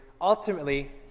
ultimately